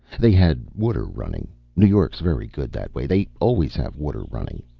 they had water running new york's very good that way they always have water running.